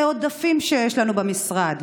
זה עודפים שיש לנו במשרד.